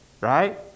Right